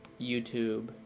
YouTube